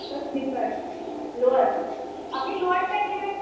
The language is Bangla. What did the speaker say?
আপার স্লিপার লোয়ার আপনি লোয়ারটাই নেবেন